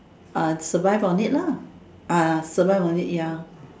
uh survive on it lah ah survive on it ya